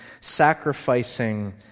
sacrificing